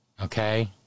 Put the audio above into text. okay